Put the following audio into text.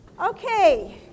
Okay